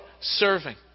serving